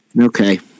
Okay